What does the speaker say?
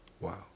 Wow